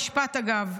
אגב,